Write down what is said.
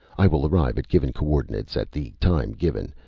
i will arrive at given co-ordinates at the time given.